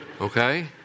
Okay